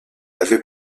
avait